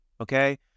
Okay